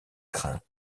crainte